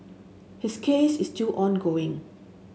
his case is still ongoing